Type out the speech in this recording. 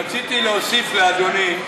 רציתי להוסיף לאדוני,